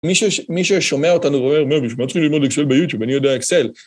מי ששומע אותנו אומר, מי שמע צריך ללמוד ביוטיוב, אני יודע אקסל.